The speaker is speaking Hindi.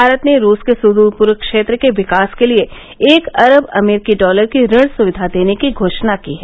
भारत ने रूस के सुदूर पूर्व क्षेत्र के विकास के लिए एक अरब अमरीकी डालर की ऋण सुविधा देने की घोषणा की है